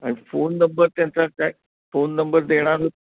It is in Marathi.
आणि फोन नंबर त्यांचा काय फोन नंबर देणार